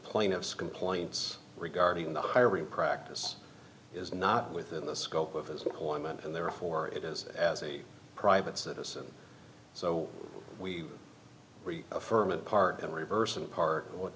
plaintiffs complaints regarding the hiring practice is not within the scope of his appointment and therefore it is as a private citizen so we affirm it part in reverse and part